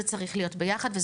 זה צריך להיות ביחד.